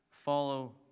Follow